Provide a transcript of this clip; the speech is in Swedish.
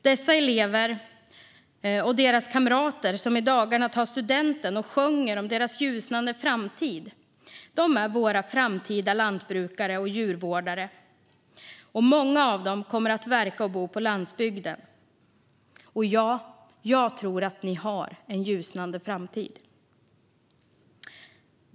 Dessa elever och deras äldre kamrater, som i dagarna tar studenten och sjunger om sin ljusnande framtid, är våra framtida lantbrukare och djurvårdare. Många av dem kommer att verka och bo på landsbygden. Ja, jag tror att de har en ljusnande framtid.